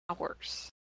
hours